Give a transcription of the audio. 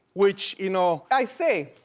which, you know. i see.